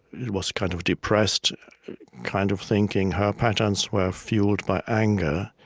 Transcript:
it was kind of depressed kind of thinking. her patterns were fueled by anger.